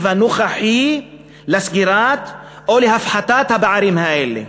הנוכחי לסגירה או להפחתה של הפערים האלה.